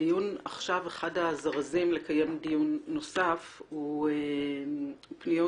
אחד הזרזים לקיים דיון נוסף הוא פניות,